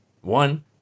one